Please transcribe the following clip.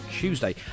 Tuesday